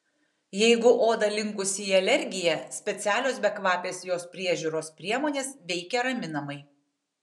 jeigu oda linkusi į alergiją specialios bekvapės jos priežiūros priemonės veikia raminamai